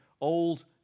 Old